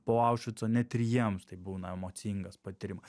po aušvico net ir jems tai būna emocingas patyrimas